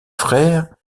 frères